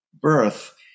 birth